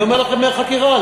אני אומר לכם מהחקירה,